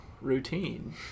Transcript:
routine